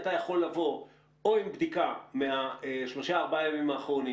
אתה יכול לבוא עם בדיקה שלילית משלושה-ארבעה ימים אחרונים,